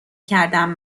کردم